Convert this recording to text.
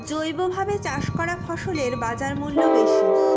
জৈবভাবে চাষ করা ফসলের বাজারমূল্য বেশি